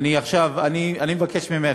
אתה התבכיינת?